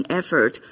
effort